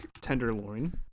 tenderloin